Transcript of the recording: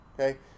okay